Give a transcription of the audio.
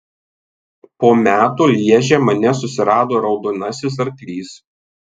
po metų lježe mane susirado raudonasis arklys